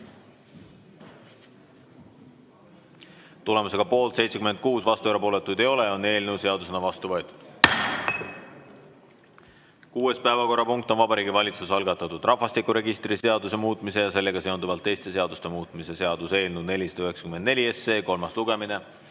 Tulemusega poolt 76, vastuolijaid ega erapooletuid ei ole, on eelnõu seadusena vastu võetud. Kuues päevakorrapunkt on Vabariigi Valitsuse algatatud rahvastikuregistri seaduse muutmise ja sellega seonduvalt teiste seaduste muutmise seaduse eelnõu 494 kolmas lugemine.